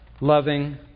loving